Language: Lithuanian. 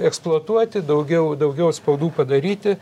eksploatuoti daugiau daugiau spaudų padaryti